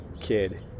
kid